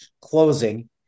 closing